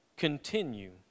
Continue